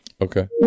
Okay